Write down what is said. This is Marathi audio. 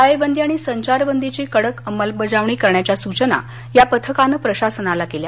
टाळेबंदी आणि संघारबंदीची कडक अंमलबजावणी करण्याच्या सुघना या पथकानं प्रशासनाला केल्या